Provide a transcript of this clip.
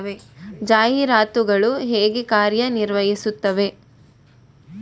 ಜಾಹೀರಾತುಗಳು ಹೇಗೆ ಕಾರ್ಯ ನಿರ್ವಹಿಸುತ್ತವೆ?